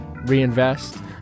reinvest